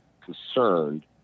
concerned